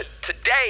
Today